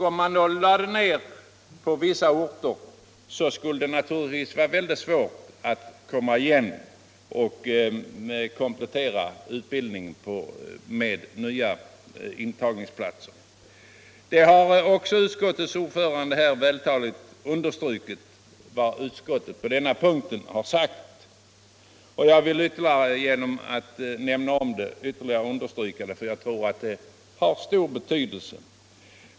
Om man då lade ned verksamhet på vissa orter, skulle det naturligtvis vara väldigt svårt att komma igen och komplettera utbildningen med nya intagningsplatser. Utskottets ordförande har också här vältaligt understrukit vad utskottet har sagt på denna punkt, och jag vill ytterligare understryka det, för jag tror att det har stor betydelse.